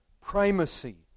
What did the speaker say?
primacy